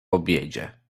obiedzie